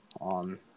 on